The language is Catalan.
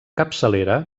capçalera